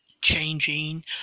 changing